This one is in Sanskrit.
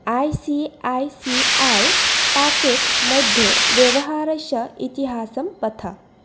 I C I C I pockets मध्ये व्यवहारस्य इतिहासं पठ